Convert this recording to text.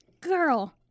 Girl